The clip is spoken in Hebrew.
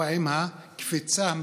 או עם הקפיצה המבהילה,